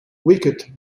wicked